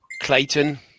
Clayton